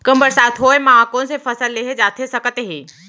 कम बरसात होए मा कौन से फसल लेहे जाथे सकत हे?